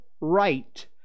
right